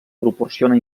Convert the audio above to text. proporciona